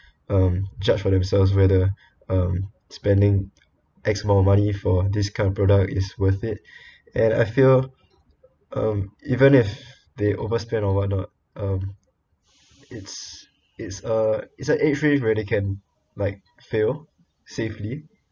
um judge for themselves whether um spending X amount of money for this kind of products is worth it and I feel um even if they overspent or whatnot or um it's it's a it's a age range where they can like fail safely